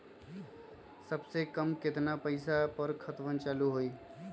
सबसे कम केतना पईसा पर खतवन चालु होई?